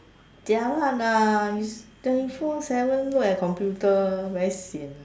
jialat lah if twenty four seven look at computer very sian